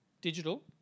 digital